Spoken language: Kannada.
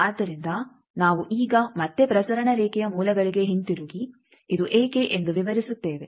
ಆದ್ದರಿಂದ ನಾವು ಈಗ ಮತ್ತೆ ಪ್ರಸರಣ ರೇಖೆಯ ಮೂಲಗಳಿಗೆ ಹಿಂತಿರುಗಿ ಇದು ಏಕೆ ಎಂದು ವಿವರಿಸುತ್ತೇವೆ